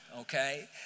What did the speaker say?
Okay